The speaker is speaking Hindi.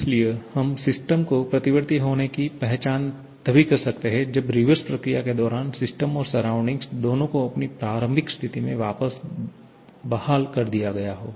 इसलिए हम सिस्टम को प्रतिवर्ती होने की पहचान तभी कर सकते हैं जब रिवर्स प्रक्रिया के दौरान सिस्टम और सराउंडिंग दोनों को अपनी प्रारंभिक स्थिति में वापस बहाल कर दिया गया हो